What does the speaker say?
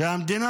המדינה